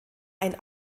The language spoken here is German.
ein